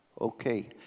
Okay